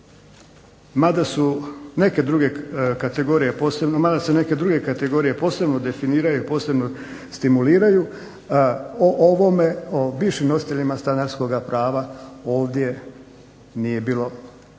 Mada su neke druge kategorije posebno definiraju, posebno stimuliraju, o bivšim nositeljima stanarskoga prava ovdje nije bilo